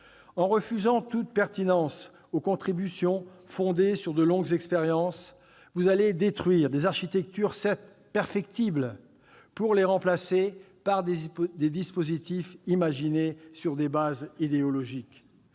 En refusant toute pertinence aux contributions fondées sur de longues expériences, vous allez détruire des architectures certes perfectibles, pour les remplacer par des dispositifs imaginés sur des bases idéologiques.